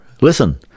Listen